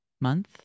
month